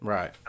Right